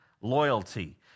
loyalty